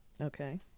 Okay